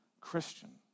Christian